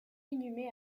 inhumé